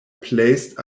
placed